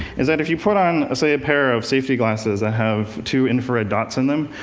is that if you put on, say, a pair of safety glasses, that have two infrared dots in them,